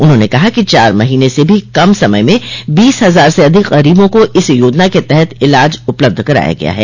उन्होंने कहा कि चार महीने से भो कम समय में बीस हजार से अधिक गरीबों को इस योजना के तहत इलाज उपलब्ध कराया गया है